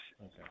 Okay